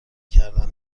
کردن